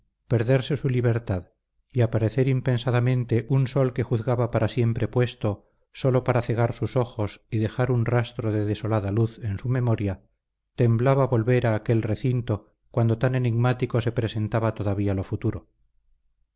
perderse su libertad y aparecer impensadamente un sol que juzgaba para siempre puesto sólo para cegar sus ojos y dejar un rastro de desolada luz en su memoria temblaba volver a aquel recinto cuando tan enigmático se presentaba todavía lo futuro